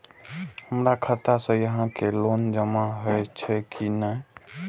हमरो खाता से यहां के लोन जमा हे छे की ने?